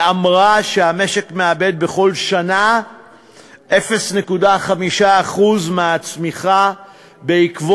ואמרה שהמשק מאבד בכל שנה 0.5% מהצמיחה עקב